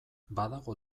badago